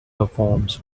performs